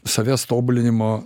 savęs tobulinimo